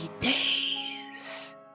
days